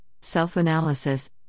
self-analysis